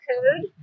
Code